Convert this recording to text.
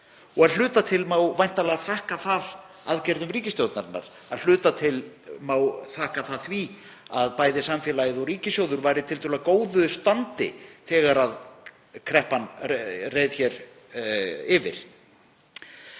og að hluta til má væntanlega að þakka það aðgerðum ríkisstjórnarinnar. Að hluta til má þakka það því að bæði samfélagið og ríkissjóður voru í tiltölulega góðu standi þegar kreppan reið hér yfir.